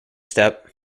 step